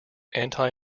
anti